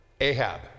Ahab